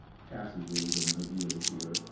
passages and ideas here.